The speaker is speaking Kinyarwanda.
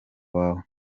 wawe